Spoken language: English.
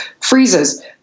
freezes